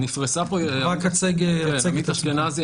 עמית אשכנזי,